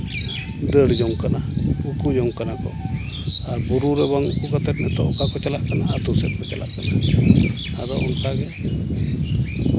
ᱫᱟᱹᱲ ᱡᱚᱝ ᱠᱟᱱᱟ ᱩᱠᱩ ᱡᱚᱝ ᱠᱟᱱᱟ ᱠᱚ ᱵᱩᱨᱩ ᱨᱮ ᱵᱟᱝ ᱩᱠᱩ ᱠᱟᱛᱮ ᱱᱤᱛᱚᱜ ᱚᱠᱟ ᱠᱚ ᱪᱟᱞᱟᱜ ᱠᱟᱱᱟ ᱟᱛᱳ ᱥᱮᱫ ᱠᱚ ᱪᱟᱞᱟᱜ ᱠᱟᱱᱟ ᱟᱫᱚ ᱚᱱᱠᱟ ᱜᱮ